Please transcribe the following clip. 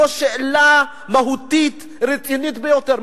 זאת שאלה מהותית, רצינית ביותר.